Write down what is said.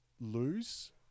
lose